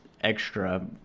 extra